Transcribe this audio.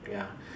ya